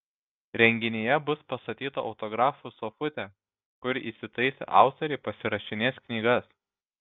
renginyje bus pastatyta autografų sofutė kur įsitaisę autoriai pasirašinės knygas